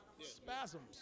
spasms